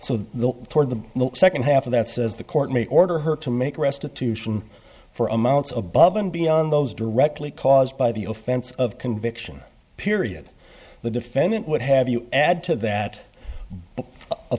the toward the second half of that says the court may order her to make restitution for amounts of above and beyond those directly caused by the offense of conviction period the defendant would have you add to that